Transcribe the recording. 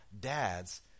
dads